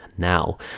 now